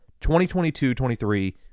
2022-23